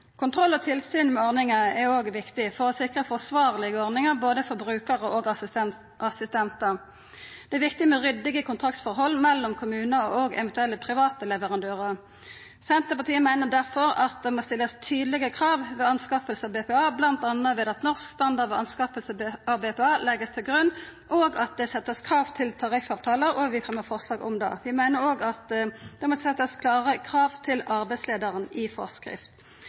Kontroll og tilsyn med ordninga er òg viktig for å sikra forsvarlege ordningar både for brukarar og assistentar. Det er viktig med ryddige kontraktsforhold mellom kommunar og eventuelle private leverandørar. Senterpartiet meiner derfor at det må stillast tydelege krav ved at norsk standard ved framskaffing av BPA vert lagd til grunn, og at det vert sett krav til tariffavtalar. Vi kjem med forslag om det. Vi meiner òg at det må setjast klare krav til arbeidsleiaren i forskrift.